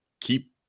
keep